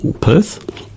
Perth